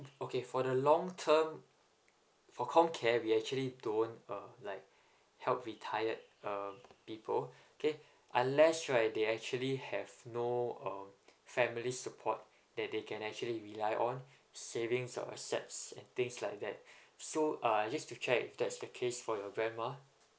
okay for the long term for comcare we actually don't uh like help retired um people okay unless right they actually have no um family support that they can actually rely on savings or assets and things like that so uh just to check that's the case for your grandma